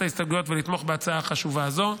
ההסתייגויות ולתמוך בהצעה חשובה זו.